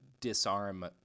disarm